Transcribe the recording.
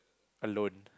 alone